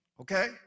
okay